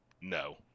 no